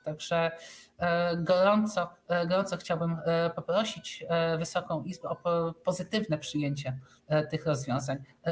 Tak że gorąco chciałbym poprosić Wysoką Izbę o pozytywne przyjęcie tych rozwiązań.